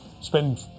spend